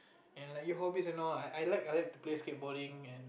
and like your hobbies and all I like I like to play skateboarding and